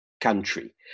country